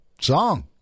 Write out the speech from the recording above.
song